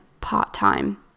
part-time